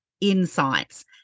insights